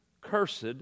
Cursed